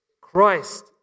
Christ